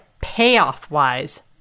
Payoff-wise